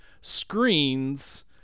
screens